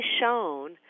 shown